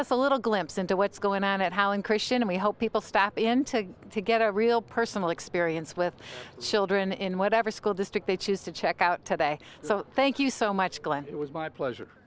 us a little glimpse into what's going on at how in creation we hope people step in to to get a real personal experience with children in whatever school district they choose to check out today so thank you so much glen it was my pleasure